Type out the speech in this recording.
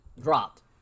dropped